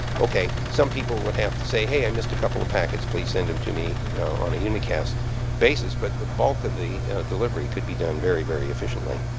okay. some people would have to say, hey, i missed a couple of packets. please send them to me you know on a unicast basis. but the bulk of the delivery could be done very, very efficiently.